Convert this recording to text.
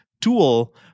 tool